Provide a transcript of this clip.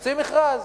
תוציא מכרז.